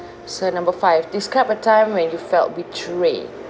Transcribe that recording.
so number five describe a time when you felt betrayed